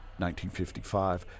1955